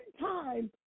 time